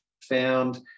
found